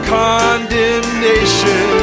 condemnation